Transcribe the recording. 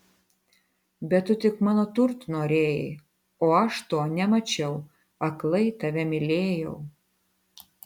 bet tu tik mano turtų norėjai o aš to nemačiau aklai tave mylėjau